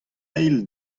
eil